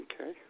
Okay